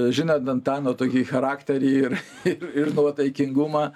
žinant antano tokį charakterį ir ir ir nuotaikingumą